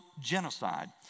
genocide